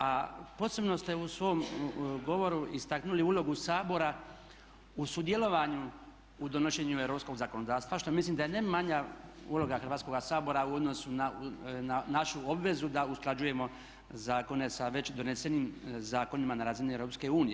A posebno ste u svom govoru istaknuli ulogu Sabora u sudjelovanju u donošenju europskog zakonodavstva što mislim da je ne manja uloga Hrvatskoga sabora u odnosu na našu obvezu da usklađujemo zakone sa već donesenim zakonima na razini EU.